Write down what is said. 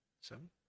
Seven